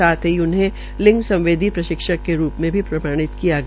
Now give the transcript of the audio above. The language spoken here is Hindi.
साथ ही उन्हें लिंग संवेदी प्रशिक्षक के रूप में भी प्रमाणित किया गया